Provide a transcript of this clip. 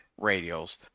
radials